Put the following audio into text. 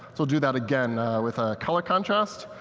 so do that again with color contrast.